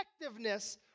effectiveness